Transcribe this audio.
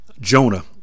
Jonah